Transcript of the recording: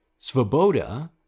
Svoboda